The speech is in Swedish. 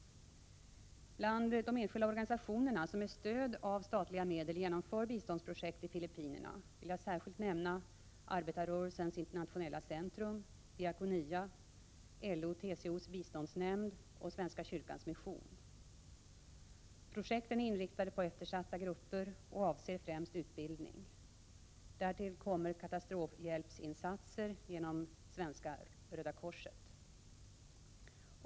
Bland de enskilda organisationerna, som med stöd av statliga medel genomför biståndsprojekt i Filippinerna, vill jag särskilt nämna Arbetarrörelsens internationella centrum, Diakonia, LO-TCO:s biståndsnämnd och Svenska kyrkans mission. Projekten är inriktade på eftersatta grupper och avser främst utbildning. Därtill kommer katastrofhjälpsinsatser genom Svenska röda korset.